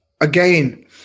Again